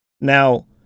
Now